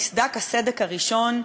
נסדק הסדק הראשון,